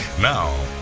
Now